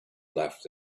left